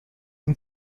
این